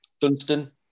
Dunstan